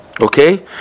Okay